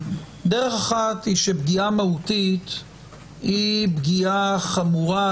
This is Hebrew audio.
דרך אחת היא שפגיעה מהותית היא פגיעה חמורה,